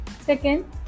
Second